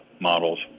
models